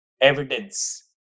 evidence